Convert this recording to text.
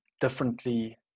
differently